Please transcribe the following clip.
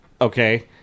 Okay